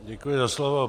Děkuji za slovo.